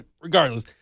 regardless